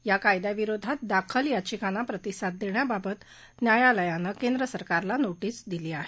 या कायद्याविरोधात दाखल याचिकांना प्रतिसाद देण्याबाबत न्यायालयानं केंद्र सरकारला नोटीस दिली आहे